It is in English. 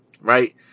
right